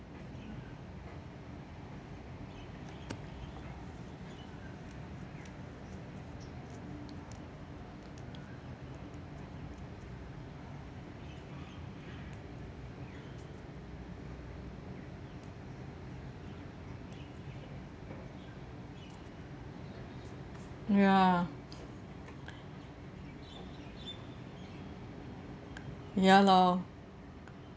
ya ya lor